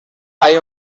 hay